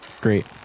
great